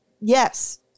yes